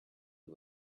you